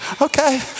Okay